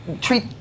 treat